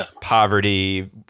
poverty